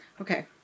okay